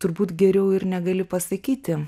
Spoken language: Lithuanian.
turbūt geriau ir negali pasakyti